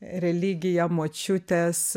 religija močiutės